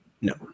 No